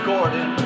Gordon